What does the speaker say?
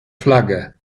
flagge